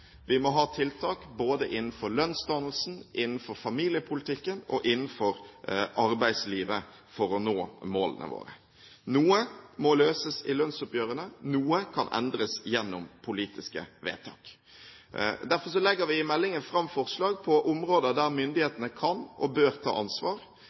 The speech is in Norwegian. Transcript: Vi må ha tiltak både innenfor lønnsdannelsen, innenfor familiepolitikken og innenfor arbeidslivet for å nå målene våre. Noe må løses i lønnsoppgjørene, noe kan endres gjennom politiske vedtak. Derfor legger vi i meldingen fram forslag på områder der